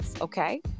okay